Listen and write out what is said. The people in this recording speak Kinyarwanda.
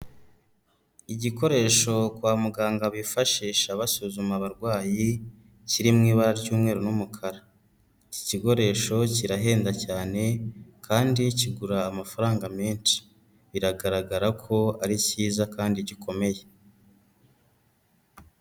Igikoresho kwa muganga bifashisha basuzuma abarwayi kiri mu ibara ry'umweru n'umukara, iki gikoresho kirahenda cyane kandi kigura amafaranga menshi, biragaragara ko ari cyiza kandi gikomeye.